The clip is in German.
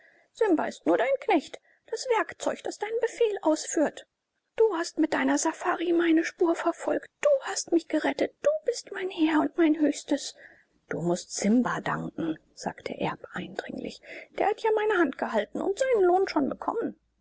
simba ist nur dein knecht das werkzeug das deinen befehl ausführt du hast mit deiner safari meine spur verfolgt du hast mich gerettet du bist mein herr und mein höchstes du mußt simba danken sagte erb eindringlich der hat ja meine hand gehalten und seinen lohn schon bekommen